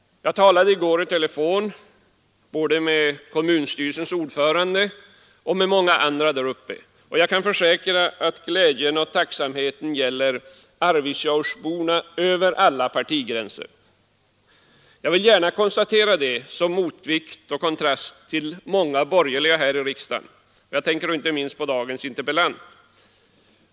Jag talade i går i telefon både med kommunstyrelsens ordförande och med många andra där uppe, och jag kan försäkra att glädjen och tacksamheten gäller Arvidsjaurborna över alla partigränser. Jag vill gärna konstatera detta som motvikt och kontrast till många borgerliga här i riksdagen — jag tänker då inte minst på dagens interpellant.